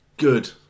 Good